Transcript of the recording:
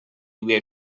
were